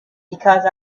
because